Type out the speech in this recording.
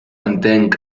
entenc